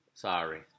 Sorry